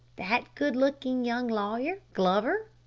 that good-looking young lawyer, glover.